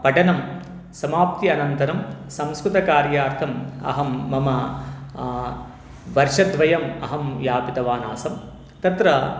पठनं सामाप्त्यनन्तरं संस्कृतकार्यार्थम् अहं मम वर्षद्वयम् अहं यापितवानासं तत्र